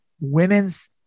women's